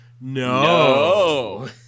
No